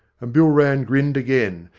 and bill rann grinned again,